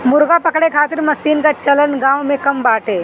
मुर्गा पकड़े खातिर मशीन कअ चलन गांव में कम बाटे